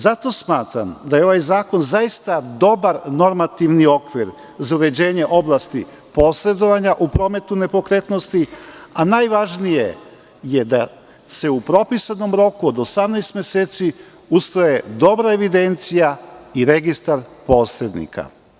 Zato smatram da je ovaj zakon zaista dobar normativni okvir za uređenje oblasti posredovanja u prometu nepokretnosti, a najvažnije je da se u propisanom roku od 18 meseci usvoji dobra evidencija i registar posrednika.